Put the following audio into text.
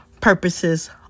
purposes